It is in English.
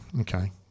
okay